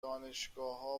دانشگاهها